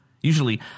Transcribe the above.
Usually